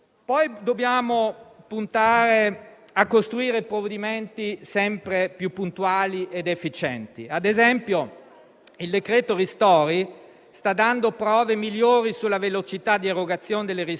il Governo fa un così grande affidamento sul *recovery fund* che con la legge di bilancio stima una retroazione fiscale positiva tanto da inserire queste risorse nei saldi di finanza pubblica.